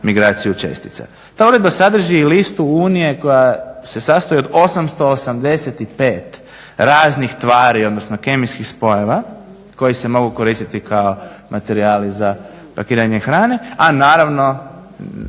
Ta uredba sadrži i listu unije koja se sastoji od 885 raznih tvari, odnosno kemijskih spojeva koji se mogu koristiti kao materijali za pakiranje hrane, a naravno